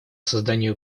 созданию